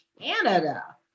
Canada